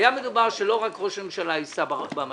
היה מדובר שלא רק ראש הממשלה ייסע במטוס הזה.